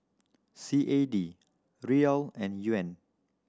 C A D Riyal and Yuan